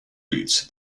beats